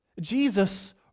Jesus